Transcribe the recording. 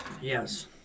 Yes